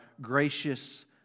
gracious